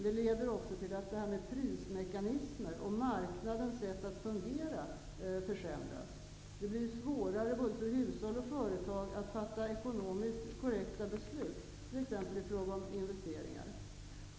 Den leder också till att prismekanismerna, och därmed marknadens sätt att fungera, försämras. Det blir svårare för både hushåll och företag att fatta ekonomiskt korrekta beslut, t.ex. i fråga om investeringar.